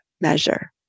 measure